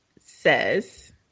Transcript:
says